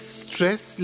stress